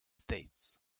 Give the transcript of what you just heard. states